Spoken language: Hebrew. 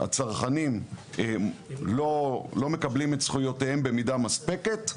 הצרכנים לא מקבלים את זכויותיהם במידה מספקת.